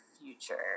future